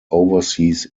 overseas